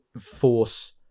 force